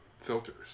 filters